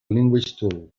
languagetool